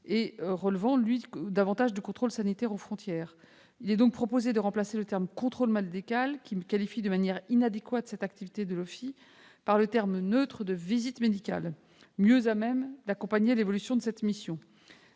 relevant davantage du contrôle sanitaire aux frontières. Il est donc proposé de remplacer l'expression « contrôle médical », qui qualifie de manière inadéquate cette activité de l'OFII, par l'expression, neutre, de « visite médicale », mieux à même d'accompagner l'évolution de cette mission.